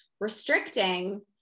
restricting